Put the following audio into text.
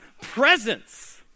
presence